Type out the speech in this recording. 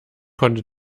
konnte